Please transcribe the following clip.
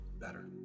better